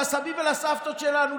לסבים ולסבתות שלנו,